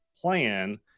plan